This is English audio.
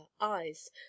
eyes